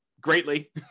greatly